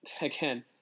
again